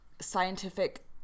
scientific